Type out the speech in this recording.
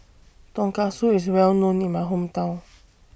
Tonkatsu IS Well known in My Hometown